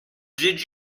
did